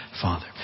Father